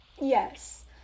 Yes